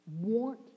want